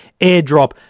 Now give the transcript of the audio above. airdrop